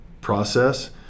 process